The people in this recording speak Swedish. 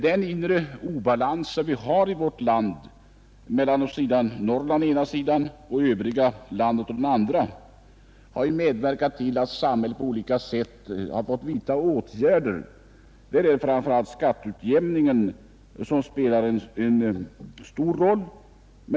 Den inre obalans som vi har i vårt land mellan Norrland å ena sidan och det övriga landet å den andra har medverkat till att samhället måste vidtaga åtgärder av olika slag. Då spelar framför allt skatteutjämningen en stor roll.